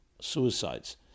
suicides